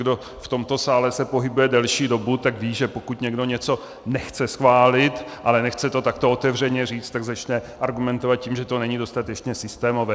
Protože kdo se v tomto sále pohybuje delší dobu, tak ví, že pokud někdo něco nechce schválit, ale nechce to takto otevřeně říct, tak začne argumentovat tím, že to není dostatečně systémové.